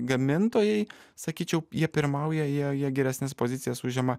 gamintojai sakyčiau jie pirmauja jie jie geresnes pozicijas užima